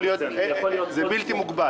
זה בלתי מוגבל.